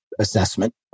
assessment